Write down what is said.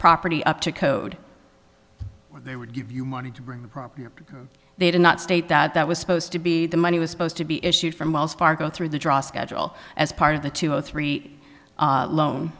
property up to code where they would give you money to bring the property they did not state that was supposed to be the money was supposed to be issued from wells fargo through the draw schedule as part of the two or three loan